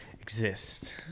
Exist